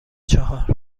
چهار